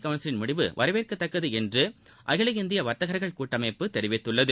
கவுன்சிலின் முடிவு வரவேற்கத்தக்கது என்று அகில இந்திய வர்த்தகர்கள் கூட்டமைப்பு தெரிவித்துள்ளது